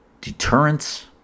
deterrence